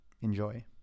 Enjoy